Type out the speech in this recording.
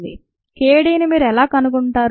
k d ని మీరు ఎలా కనుగొంటారు